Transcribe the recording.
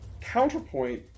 counterpoint